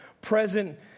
present